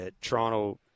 Toronto